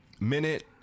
minute